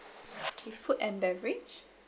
food and beverage